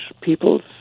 people's